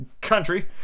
country